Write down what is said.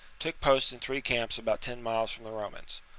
took post in three camps about ten miles from the romans.